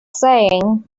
saying